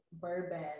bourbon